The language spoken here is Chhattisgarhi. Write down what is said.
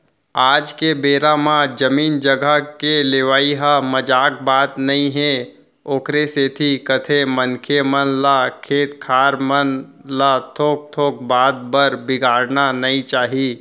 आज के बेरा म जमीन जघा के लेवई ह मजाक बात नई हे ओखरे सेती कथें मनखे मन ल खेत खार मन ल थोक थोक बात बर बिगाड़ना नइ चाही